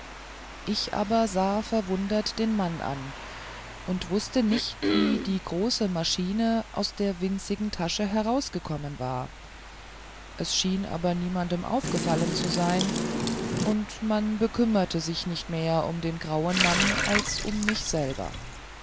ich aber sah verwundert den mann an und wußte nicht wie die große maschine aus der winzigen tasche herausgekommen war es schien aber niemandem aufgefallen zu sein und man bekümmerte sich nicht mehr um den grauen mann als um mich selber